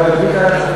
אלא בדיוק ההפך,